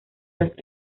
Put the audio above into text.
los